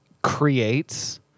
creates